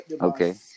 Okay